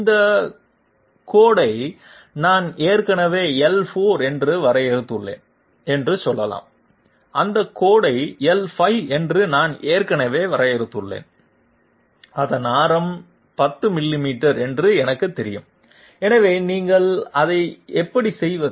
இந்த கோடை நான் ஏற்கனவே l4 என்று வரையறுத்துள்ளேன் என்று சொல்லலாம் அந்த கோடை l5 என்று நான் ஏற்கனவே வரையறுத்துள்ளேன் அதன் ஆரம் 10 மில்லிமீட்டர் என்று எனக்குத் தெரியும் எனவே நீங்கள் அதை எப்படி செய்வது